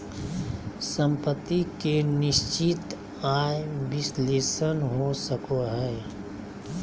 सम्पत्ति के निश्चित आय विश्लेषण हो सको हय